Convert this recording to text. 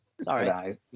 Sorry